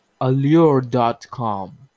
Allure.com